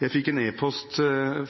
Jeg fikk en e-post